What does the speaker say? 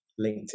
LinkedIn